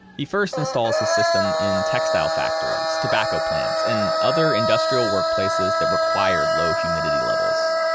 he first installs his system in textile factories, tobacco plants, and other industrial workplaces that required low humidity levels,